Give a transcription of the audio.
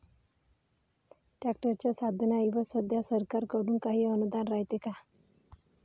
ट्रॅक्टरच्या साधनाईवर सध्या सरकार कडून काही अनुदान रायते का?